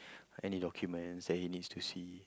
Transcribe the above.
any documents that he needs to see